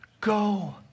Go